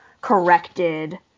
corrected